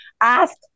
ask